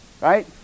right